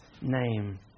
name